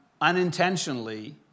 unintentionally